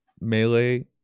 Melee